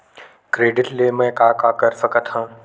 Credit ले मैं का का कर सकत हंव?